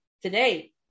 today